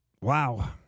Wow